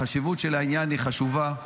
החשיבות של העניין היא חשובה,